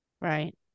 Right